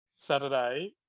Saturday